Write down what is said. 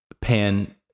pan